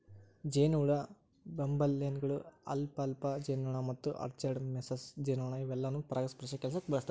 ಜೇನಹುಳ, ಬಂಬಲ್ಬೇಗಳು, ಅಲ್ಫಾಲ್ಫಾ ಜೇನುನೊಣ ಮತ್ತು ಆರ್ಚರ್ಡ್ ಮೇಸನ್ ಜೇನುನೊಣ ಇವೆಲ್ಲಾನು ಪರಾಗಸ್ಪರ್ಶ ಕೆಲ್ಸಕ್ಕ ಬಳಸ್ತಾರ